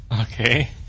Okay